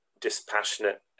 dispassionate